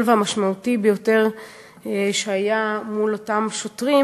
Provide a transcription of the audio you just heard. והמשמעותי ביותר שהיה מול אותם שוטרים,